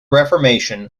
reformation